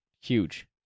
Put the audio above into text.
huge